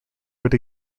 would